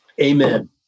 Amen